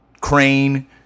Crane